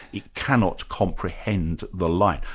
it cannot comprehend the light.